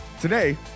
Today